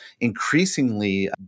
increasingly